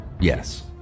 Yes